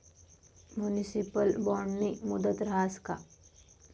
Municipal बॉन्डनी मुदत रहास का?